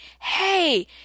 Hey